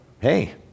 hey